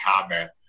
comment